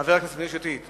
חבר הכנסת מאיר שטרית,